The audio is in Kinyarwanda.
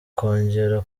kongera